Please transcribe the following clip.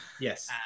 Yes